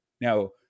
Now